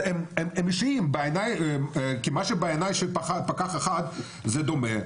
מה שבעיני פקח אחד דומה,